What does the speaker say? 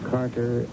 Carter